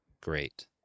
great